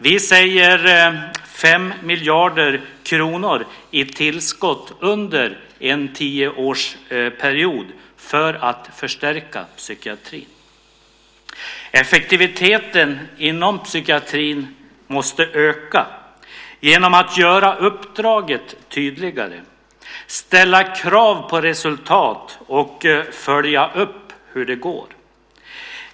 Vi säger 5 miljarder kronor i tillskott under en tioårsperiod för att förstärka psykiatrin. Effektiviteten inom psykiatrin måste öka genom att göra uppdraget tydligare, ställa krav på resultat och följa upp hur det går.